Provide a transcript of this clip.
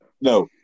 No